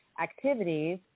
activities